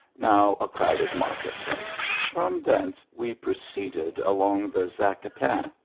now a crowded market place. from thence we proceeded along the zacatin,